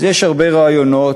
אז יש הרבה רעיונות,